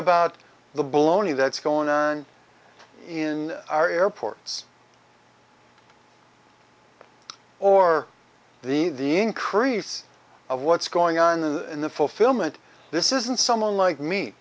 about the baloney that's going on in our airports or the the increase of what's going on in the fulfilment this isn't someone like me